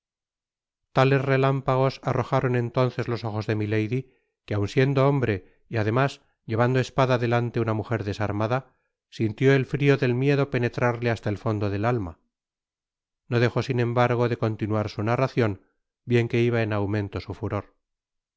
tales relámpagos arrojaron entonces los ojos de milady que aun siendo hombre y además llevando espada delante una mujer desarmada sintió el frio del miedo penetrarle hasta el fondo del alma no dejó sin embargo de continuar su narracion bien que iba en aumento su furor